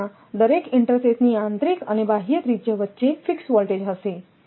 તેથી ત્યાં દરેક ઇન્ટરસેથની આંતરિક અને બાહ્ય ત્રિજ્યા વચ્ચે ફિક્સ વોલ્ટેજ હશે